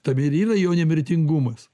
tame ir yra jo nemirtingumas